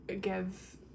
give